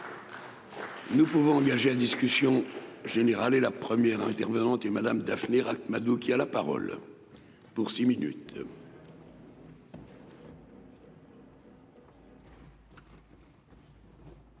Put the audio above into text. Nous pouvons engager la discussion générale, et la première intervenante et Madame. Daphné Ract-Madoux qui a la parole pour six minutes.